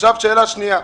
עכשיו השאלה השנייה.